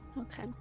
Okay